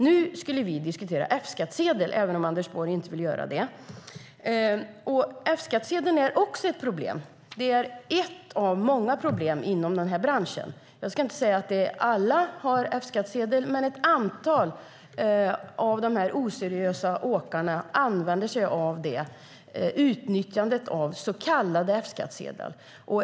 Nu skulle vi diskutera F-skattsedel, även om Anders Borg inte vill göra det. F-skattsedeln är också ett problem. Det är ett av många problem inom denna bransch. Jag ska inte säga att alla har F-skattsedel, men ett antal av dessa oseriösa åkare använder sig av det - utnyttjandet av så kallad F-skattsedel.